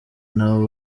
n’abo